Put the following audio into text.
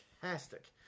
fantastic